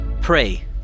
Pray